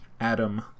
Adam